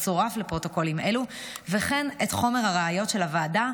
צורף לפרוטוקולים אלו וכן את חומר הראיות של הוועדה,